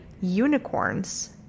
unicorns